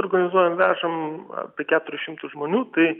organizuojam vežam apie keturis šimtus žmonių tai